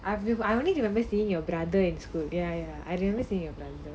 I feel I only remember seeing your brother in school ya ya I remember seeing you have done